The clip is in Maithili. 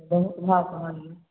बहुत महग कहलियै